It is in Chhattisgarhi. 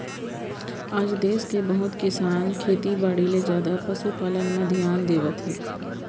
आज देस के बहुत किसान खेती बाड़ी ले जादा पसु पालन म धियान देवत हें